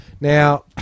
Now